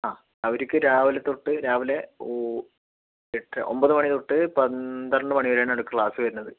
ആ അവർക്ക് രാവിലെത്തൊട്ട് രാവിലെ ഓ എട്ടര ഒൻപതുമണിതൊട്ട് പന്ത്രണ്ടുമണിവരെയാണ് ക്ലാസ് വരുന്നത്